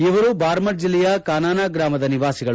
ಇವರು ಬಾರ್ಮರ್ ಜಿಲ್ಲೆಯ ಕಾನಾನ ಗ್ರಾಮದ ನಿವಾಸಿಗಳು